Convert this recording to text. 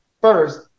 first